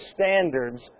standards